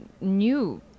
new